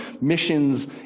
missions